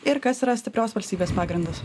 ir kas yra stiprios valstybės pagrindas